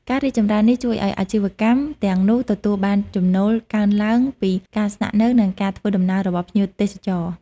ការរីកចម្រើននេះជួយឲ្យអាជីវកម្មទាំងនោះទទួលបានចំណូលកើនឡើងពីការស្នាក់នៅ និងការធ្វើដំណើររបស់ភ្ញៀវទេសចរ។